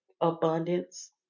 Abundance